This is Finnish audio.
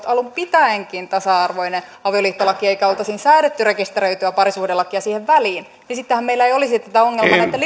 alun pitäenkin tasa arvoinen avioliittolaki eikä oltaisi säädetty rekisteröityä parisuhdelakia siihen väliin sittenhän meillä ei olisi tätä ongelmaa näitten